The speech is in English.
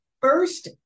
first